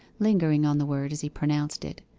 lingering on the word as he pronounced it.